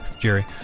Jerry